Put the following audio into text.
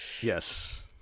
Yes